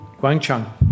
Guangcheng